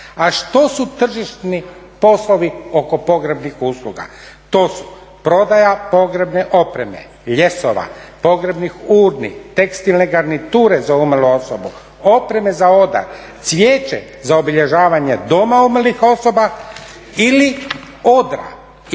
A što su tržišni poslovi oko pogrebnih usluga, to su prodaja pogrebne opreme, ljesova, pogrebnih urni, tekstilne garniture za umrlu osobu, opreme za odar, cvijeće za obilježavanje doma umrlih osoba ili odra i groba,